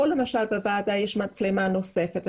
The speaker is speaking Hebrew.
כאן למשל בוועדה יש מצלמה נוספת.